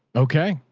okay.